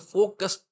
Focus